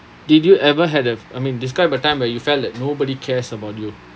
did you ever had a I mean describe a time where you felt that nobody cares about you